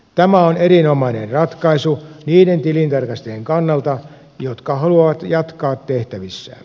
tämä on erinomainen ratkaisu niiden tilintarkastajien kannalta jotka haluavat jatkaa tehtävissään